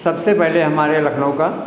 सबसे पहले हमारे लखनऊ का